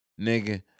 Nigga